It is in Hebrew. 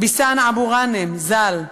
בוסיינה אבו גאנם ז"ל,